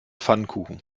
pfannkuchen